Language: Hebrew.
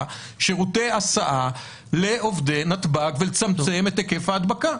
שירותי הסעה לעובדי נתב"ג ולצמצם את היקף ההדבקה.